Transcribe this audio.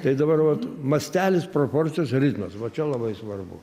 tai dabar vat mastelis proporcijos ritmas va čia labai svarbu